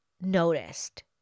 noticed